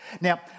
Now